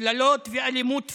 קללות ואלימות פיזית.